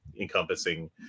encompassing –